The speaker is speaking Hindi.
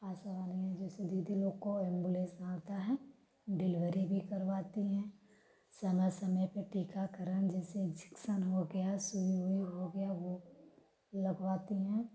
आशा वाले जैसे दीदी लोग को एम्बुलेंस आता है डिलवरी भी करवाती हैं समय समय पर टीकाकरण जैसे इज्झेक्शन हो गया सुई उई हो गया वह लगवाती हैं